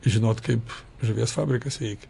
žinot kaip žuvies fabrikas veikia